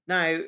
Now